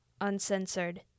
Uncensored